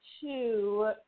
two